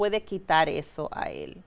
where they keep that if so i